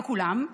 לא כולם,